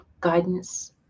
guidance